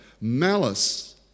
malice